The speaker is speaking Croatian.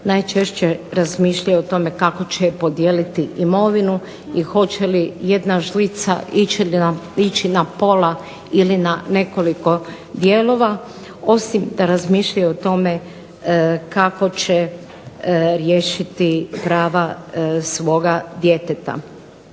najčešće razmišljaju o tome kako će podijeliti imovinu i hoće li jedna žlica ići na pola ili na nekoliko dijelova, osim da razmišljaju o tome kako će riješiti prava svoga djeteta.